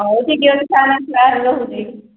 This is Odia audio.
ହଉ ଠିକ୍ ଅଛି ରହୁଛି